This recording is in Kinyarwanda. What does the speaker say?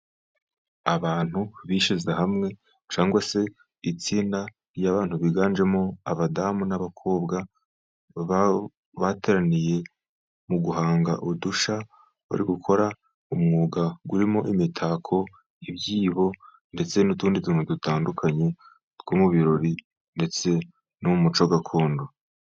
Abantu bishyize hamwe cyangwa se itsinda ry'abantu biganjemo abadamu n'abakobwa. Bateraniye mu guhanga udushya, bari gukora umwuga urimo: imitako, ibyibo, ndetse n'utundi tuntu dutandukanye, two mu birori ndetse no mu muco gakondo.